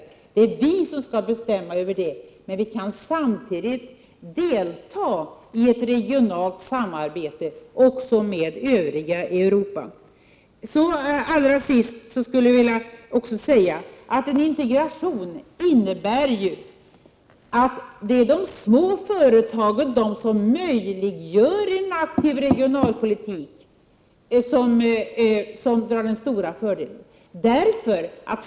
Sådana saker skall vi själva bestämma över, men det hindrar inte att vi samtidigt kan delta i ett regionalt samarbete med det övriga Europa. Låt mig till sist säga att en integration innebär att de små företagen, som möjliggör en aktiv regionalpolitik, vinner de stora fördelarna.